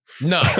No